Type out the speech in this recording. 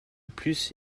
plus